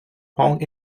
pong